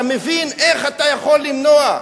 אתה מבין איך אתה יכול למנוע.